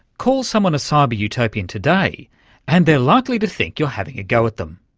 call someone a cyber-utopian today and they're likely to think you're having a go at them.